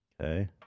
Okay